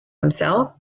himself